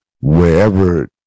wherever